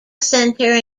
center